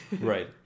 Right